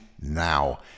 now